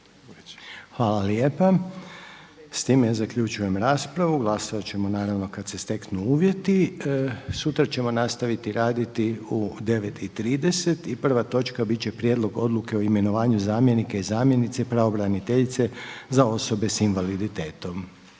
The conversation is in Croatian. Hvala lijepa. S time zaključujem raspravu. Glasovat ćemo naravno kad se steknu uvjeti. Sutra ćemo nastaviti raditi u 9,30 i prva točka bit će: prijedlog Odluke o imenovanju zamjenika i zamjenice pravobraniteljice za osobe s invaliditetom.